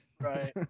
right